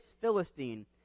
Philistine